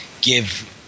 give